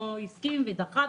לא הסכים ודחה,